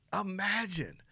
Imagine